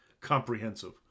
comprehensive